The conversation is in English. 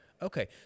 Okay